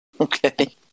Okay